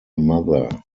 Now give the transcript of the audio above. mother